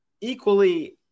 equally